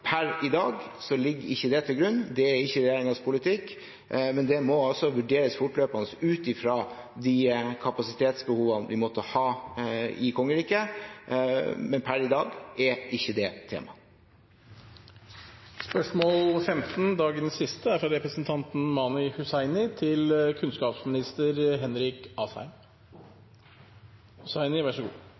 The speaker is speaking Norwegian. Per i dag ligger ikke det til grunn. Det er ikke regjeringens politikk. Det må vurderes fortløpende ut fra de kapasitetsbehovene vi måtte ha i kongeriket, men per i dag er ikke det et tema. Spørsmål 14 er allerede besvart. Jeg tillater meg å stille følgende spørsmål til